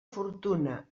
fortuna